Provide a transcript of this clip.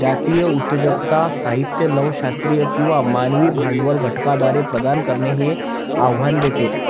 जातीय उद्योजकता साहित्य नव शास्त्रीय किंवा मानवी भांडवल घटकांद्वारे प्रदान करणे हे आव्हान देते